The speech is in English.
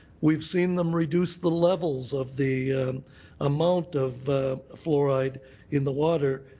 we have seen them reduce the levels of the amount of fluoride in the water.